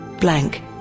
blank